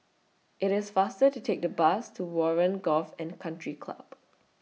IT IS faster to Take The Bus to Warren Golf and Country Club